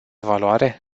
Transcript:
valoare